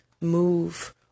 move